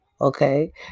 okay